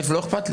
לא אכפת לי.